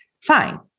Fine